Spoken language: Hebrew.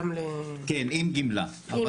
עם גמלה, כן.